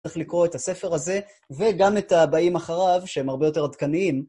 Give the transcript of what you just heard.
צריך לקרוא את הספר הזה וגם את הבאים אחריו שהם הרבה יותר עדכניים.